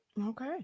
Okay